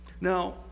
Now